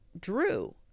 drew